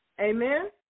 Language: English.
Amen